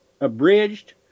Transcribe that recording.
abridged